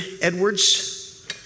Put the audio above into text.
Edwards